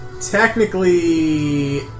technically